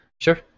sure